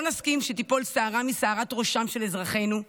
לא נסכים שתיפול שערה משערת ראשם של אזרחינו.